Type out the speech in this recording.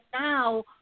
now